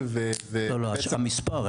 ופיתחו מדד קהילתיות.